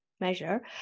measure